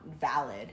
valid